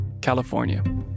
California